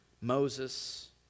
Moses